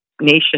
nation